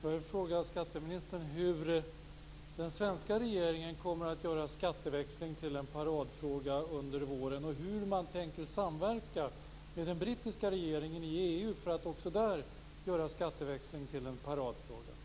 Jag vill fråga skatteministern om den svenska regeringen kommer att göra skatteväxling till en paradfråga under våren och hur man tänker samverka med den brittiska regeringen i EU för att också där göra skatteväxling till en paradfråga.